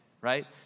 Right